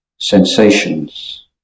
sensations